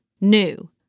new